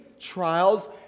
trials